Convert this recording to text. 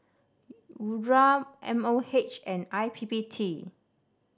URA M O H and I P P T